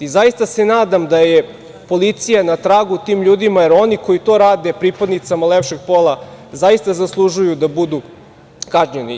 Zaista se nadam da je policija na tragu tim ljudima, jer oni koji to rade pripadnicama lepšeg pola zaista zaslužuju da budu kažnjeni.